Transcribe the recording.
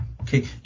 Okay